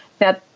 Now